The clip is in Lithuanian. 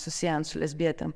susiejant su lesbietėm